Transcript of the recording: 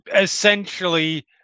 essentially